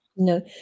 No